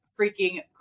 freaking